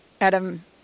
Adam